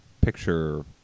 picture